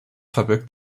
verbirgt